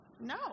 No